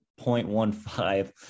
0.15